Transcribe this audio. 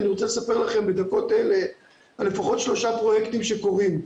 אני רוצה לספר לכם בדקות האלה לפחות על שלושה פרויקטים שקורים.